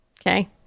Okay